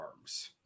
arms